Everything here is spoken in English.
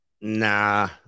Nah